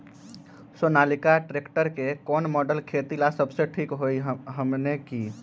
Sonalika tractor के कौन model खेती ला सबसे ठीक होई हमने की?